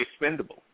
expendable